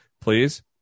please